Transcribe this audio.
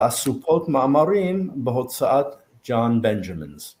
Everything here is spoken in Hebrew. ‫אסופות מאמרים בהוצאת ג'ון בנג'מנס.